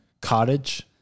Cottage